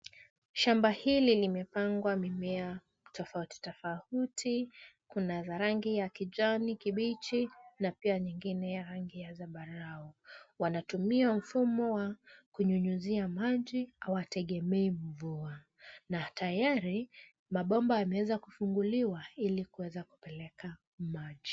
Shamba hili limepandwa mimea tofauti tofauti kuna ya rangi ya kijani kibichi na pia mengine ya rangi ya zambarau . Wanatumia mfumo wa kunyunyuzia maji hawategemei mvua na tayari mabomba yameweza kufunguliwa ili kuweza kupeleka maji.